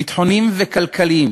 ביטחוניים וכלכליים.